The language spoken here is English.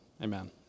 amen